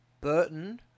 Burton